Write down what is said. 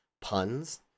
puns